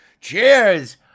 Cheers